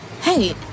Hey